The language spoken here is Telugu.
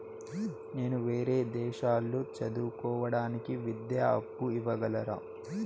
నేను వేరే దేశాల్లో చదువు కోవడానికి విద్యా అప్పు ఇవ్వగలరా?